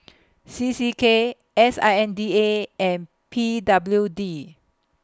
C C K S I N D A and P W D